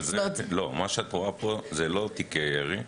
מה שאת רואה זה לא תיקי ירי,